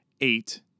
eight